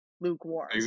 lukewarm